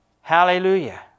Hallelujah